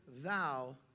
thou